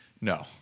No